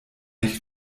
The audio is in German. nicht